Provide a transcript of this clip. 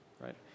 right